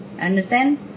Understand